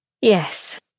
Yes